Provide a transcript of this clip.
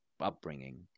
upbringing